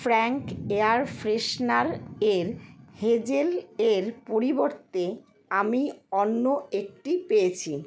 Frank air freshener এর হেজেলের পরিবর্তে আমি অন্য একটি পেয়েছি